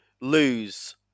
lose